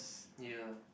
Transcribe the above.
ya